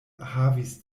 havis